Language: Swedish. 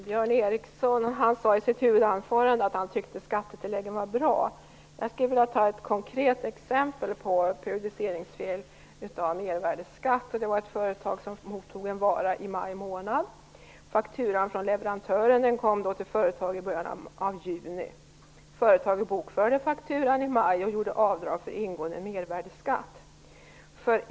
Herr talman! Björn Ericson sade i sitt huvudanförande att han tycker att skattetilläggen är bra. Jag skulle vilja ta ett konkret exempel på periodiseringsfel av mervärdesskatt. Ett företag mottog en vara i maj månad. Fakturan från leverantören kom till företaget i början av juni. Företaget bokförde fakturan i maj och gjorde avdrag för ingående mervärdesskatt.